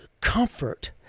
comfort